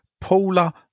Paula